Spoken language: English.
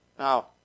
Now